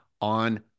on